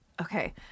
Okay